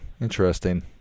interesting